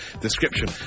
description